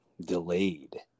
delayed